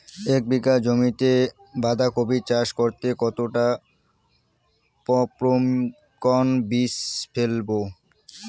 এক বিঘা জমিতে বাধাকপি চাষ করতে কতটা পপ্রীমকন বীজ ফেলবো?